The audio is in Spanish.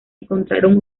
encontraron